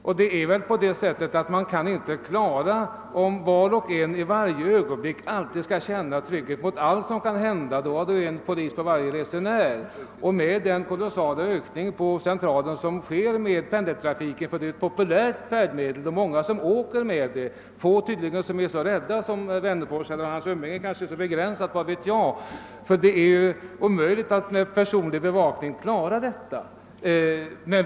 Om var och en i varje ögonblick skall känna trygghet i fråga om allt som kan tänkas hända måste det finnas en polis för varje resenär. Med den kolossala trafikantökningen på Centralen till följd av bl.a. pendeltågen som är ett populärt färdmedel — få är tydligen så rädda som herr Wennerfors” kanske begränsade umgänge — är det omöjligt att klara situationen med enbart personell bevakning.